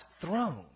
throne